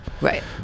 Right